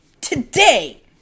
today